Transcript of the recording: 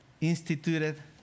instituted